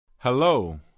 Hello